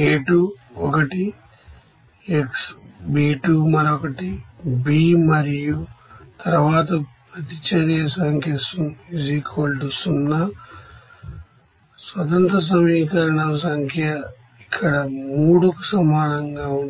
xA2ఒకటి xB2 మరొకటి B మరియు తరువాత ప్రతిచర్య సంఖ్య 0 ఇండిపెండెంట్ ఈక్వేషన్ సంఖ్య ఇక్కడ 3కు సమానంగా ఉంటుంది